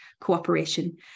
cooperation